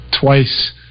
twice